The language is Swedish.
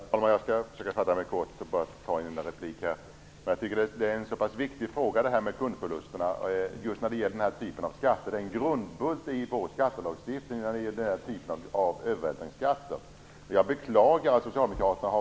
Herr talman! Jag skall försöka att fatta mig kort. Detta med kundförlusterna är en så pass viktig fråga. Just den här typen av övervältringsskatter är en grundbult i vår skattelagstiftning. Vi har fört oerhört långa diskussioner om detta i utskottet.